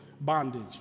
bondage